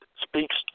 Speaks